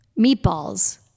meatballs